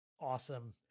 awesome